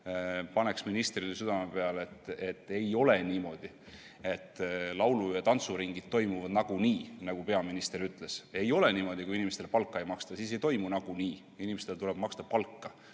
Paneks ministrile südamele, et ei ole niimoodi, et laulu- ja tantsuringid toimuvad nagunii, nagu peaminister ütles. Ei ole niimoodi! Kui inimestele palka ei maksta, siis need ei toimu. Inimestele tuleb palka